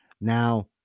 Now